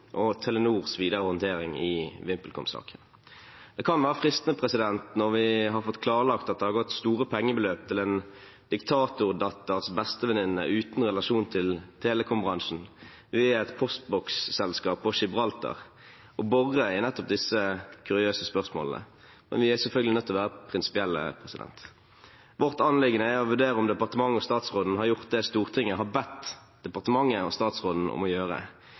og Telenors videre håndtering i VimpelCom-saken. Det kan være fristende, når vi har fått klarlagt at det har gått store pengebeløp til en diktatordatters bestevenninne uten relasjon til telekombransjen, via et postboksselskap på Gibraltar, å bore i nettopp disse kuriøse spørsmålene. Men vi er selvfølgelig nødt til å være prinsipielle. Vårt anliggende er å vurdere om departementet og statsråden har gjort det Stortinget har bedt departementet og statsråden om å gjøre,